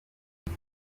iyi